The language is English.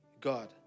God